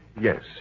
Yes